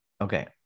Okay